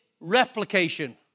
replication